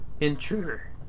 Intruder